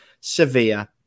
Sevilla